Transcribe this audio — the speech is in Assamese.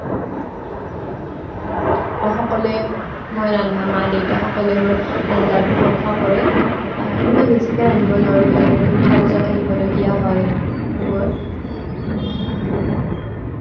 সকলোৱে মই ৰন্ধা মা দেউতা সকলোৱে মোৰ ৰন্ধাৰ প্ৰশংসা কৰে কিন্তু মই বেছিকে ৰান্ধিব নোৱাৰোঁ কিয়নো কলেজত আহিবলগীয়া হয় এইবোৰ